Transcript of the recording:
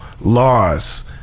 laws